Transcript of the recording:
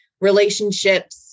relationships